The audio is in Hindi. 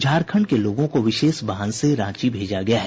झारखंड के लोगों को विशेष वाहन से रांची भेजा गया है